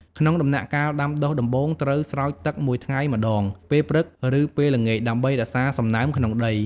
ក្នុងដំណាក់កាលដាំដុះដំបូង ត្រូវស្រោចទឹក ១ថ្ងៃម្តង ពេលព្រឹក ឬពេលល្ងាច ដើម្បីរក្សាសំណើមក្នុងដី។